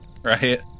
Right